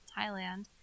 Thailand